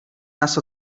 nas